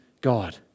God